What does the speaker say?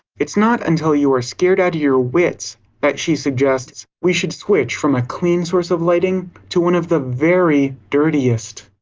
it's not until you're scared out of your wits that she suggests we should switch from a clean source of lighting, to one of the very dirtiest.